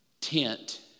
tent